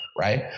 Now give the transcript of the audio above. right